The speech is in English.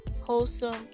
wholesome